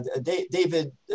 David